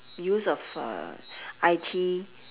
use of uh I_T